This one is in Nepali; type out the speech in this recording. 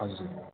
हजुर